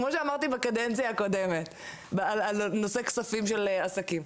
כמוש אמרתי בקדנציה הקודמת על נושא כספים של עסקים.